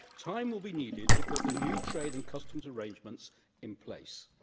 time will be needed to put the new trade and customs arrangements in place.